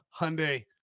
Hyundai